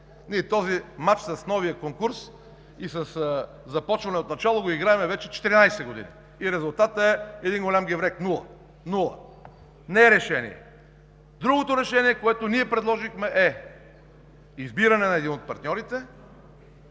Ние този мач – с новия конкурс и със започване отначало, го играем вече 14 години и резултатът е един голям геврек – нула, и не е решение. Другото решение, което ние предложихме, е избиране на един от партньорите